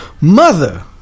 Mother